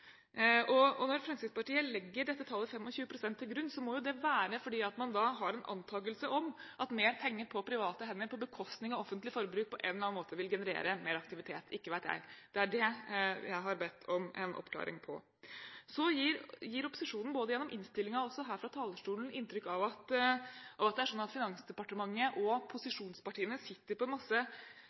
Når Fremskrittspartiet legger tallet 25 pst. til grunn, må det være fordi man har en antakelse om at mer penger på private hender på bekostning av offentlig forbruk på en eller annen måte vil generere mer aktivitet – ikke vet jeg. Det er det jeg har bedt om en oppklaring av. Så gir opposisjonen, både gjennom innstillingen og også her fra talerstolen, inntrykk av at det er slik at Finansdepartementet og posisjonspartiene sitter på en masse